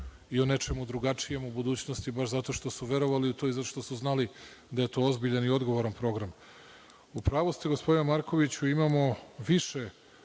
i o nečemu drugačijem u budućnosti, baš zato što su verovali u to i zato što su znali da je to ozbiljan i odgovoran program.U pravu ste gospodine Markoviću. Imamo više